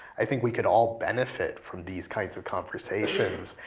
i think we could all benefit from these kinds of conversations.